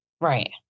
Right